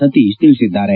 ಸತೀಶ್ ತಿಳಿಸಿದ್ದಾರೆ